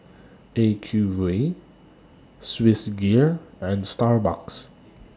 Acuvue Swissgear and Starbucks